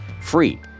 free